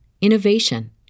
innovation